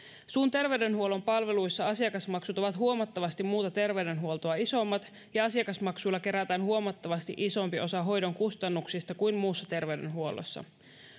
suun terveydenhuollon palveluissa asiakasmaksut ovat huomattavasti muuta terveydenhuoltoa isommat ja asiakasmaksuilla kerätään huomattavasti isompi osa hoidon kustannuksista kuin muussa terveydenhuollossa